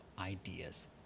ideas